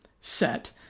set